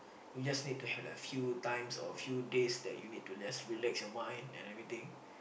you just need to have like a few times or a few days that you need to just relax your mind and everything